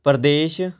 Pradesh